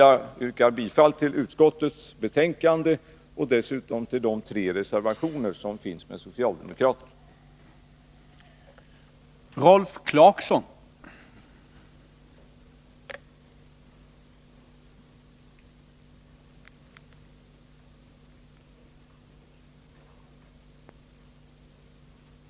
Jag yrkar bifall till utskottets hemställan förutom på de tre punkter där socialdemokraterna i utskottet reserverat sig, där jag yrkar bifall till reservationerna.